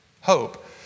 hope